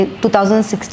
2016